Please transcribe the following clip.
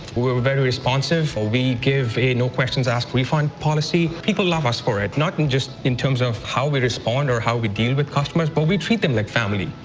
we're we're very responsive. we give a no questions asked refund policy. people love us for it, not just in terms of how we respond or how we deal with customers, but we treat them like family.